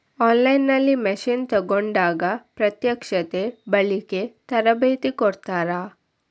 On line ನಲ್ಲಿ machine ತೆಕೋಂಡಾಗ ಪ್ರತ್ಯಕ್ಷತೆ, ಬಳಿಕೆ, ತರಬೇತಿ ಕೊಡ್ತಾರ?